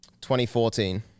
2014